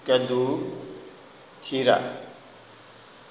کدو کھیرا